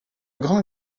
grand